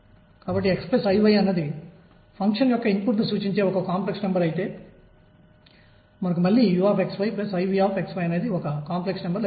కాబట్టి ఇది ఇప్పటికీ 1D ఏక మితీయ గమనం